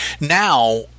Now